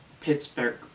Pittsburgh